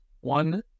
one